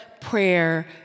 prayer